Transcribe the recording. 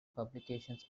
publications